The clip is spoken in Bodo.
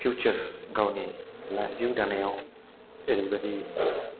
फिउसार गावनि लाइफ जिउ दानायाव जेरैबादि